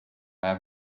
have